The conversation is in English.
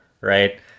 Right